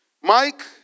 Mike